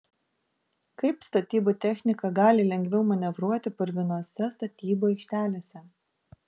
kaip statybų technika gali lengviau manevruoti purvinose statybų aikštelėse